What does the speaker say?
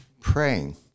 praying